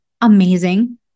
amazing